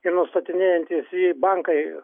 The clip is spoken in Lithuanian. ir nustatinėjantys į bankai